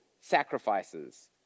sacrifices